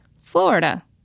Florida